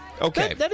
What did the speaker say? Okay